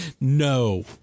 no